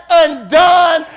undone